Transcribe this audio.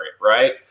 Right